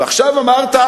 ועכשיו אמרת,